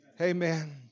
Amen